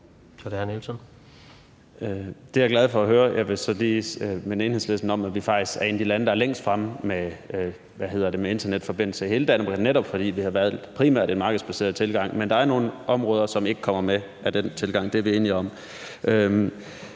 Det er jeg glad for at høre. Jeg vil så lige minde Enhedslisten om, at vi faktisk er et af de lande, der er længst fremme med internetforbindelse i hele landet , netop fordi vi primært har valgt en markedsbaseret tilgang, men der er nogle områder, som ikke kommer med ved den tilgang – det er vi enige om.